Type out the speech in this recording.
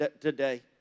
today